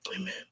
Amen